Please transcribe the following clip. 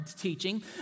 teaching